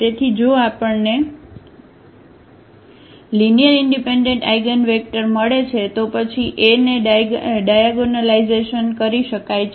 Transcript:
તેથી જો આપણને લીનીઅરઇનડિપેન્ડન્ટ આઇગનવેક્ટર મળે છે તો પછી A ને ડાયાગોનલાઇઝેશન કરી શકાય છે